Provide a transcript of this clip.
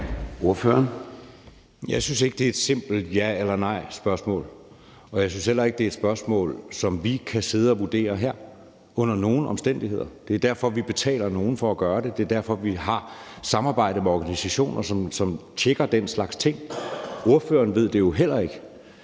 Jeg synes ikke, det er et simpelt ja- eller nejspørgsmål. Og jeg synes heller ikke, at det er spørgsmål, som vi kan sidde og vurdere her under nogen omstændigheder. Det er derfor, vi betaler nogen for at gøre det; det er derfor, vi har samarbejde med organisationer, som tjekker den slags ting. Ordføreren ved det jo heller ikke.